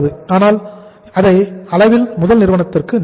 ஆனால் அதே அளவில் முதல் நிறுவனத்திற்கு நிகழும்